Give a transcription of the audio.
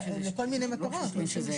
לכל מיני מטרות?